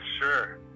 sure